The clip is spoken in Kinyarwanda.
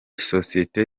sosiyete